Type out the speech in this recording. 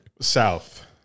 South